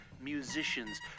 musicians